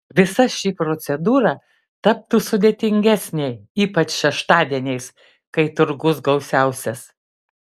visa ši procedūra taptų sudėtingesnė ypač šeštadieniais kai turgus gausiausias